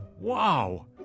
Wow